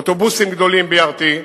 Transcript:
אוטובוסים גדולים, BRT,